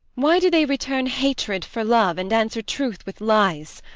why do they return hatred for love, and answer truth with lies?